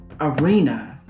arena